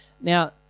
Now